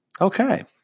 Okay